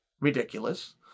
ridiculous